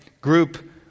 group